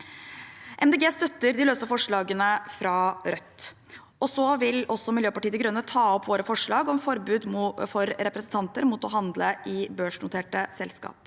støtter de løse forslagene fra Rødt. Vi vil også ta opp våre forslag om forbud for representanter mot å handle i børsnoterte selskap.